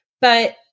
But-